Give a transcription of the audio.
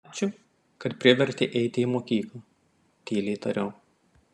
ačiū kad privertei eiti į mokyklą tyliai tariau